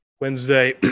Wednesday